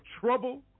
trouble